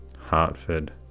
Hartford